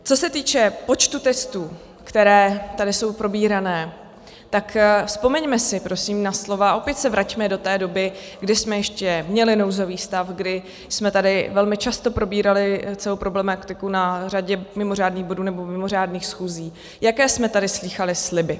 Co se týče počtu testů, které tady jsou probírané, tak vzpomeňme si prosím na slova opět se vraťme do té doby, kdy jsme ještě měli nouzový stav, kdy jsme tady velmi často probírali celou problematiku na řadě mimořádných bodů nebo mimořádných schůzí, jaké jsme tady slýchali sliby.